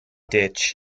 ditch